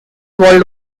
world